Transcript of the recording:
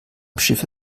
schiffe